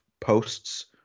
posts